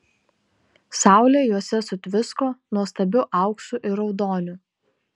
saulė juose sutvisko nuostabiu auksu ir raudoniu